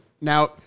now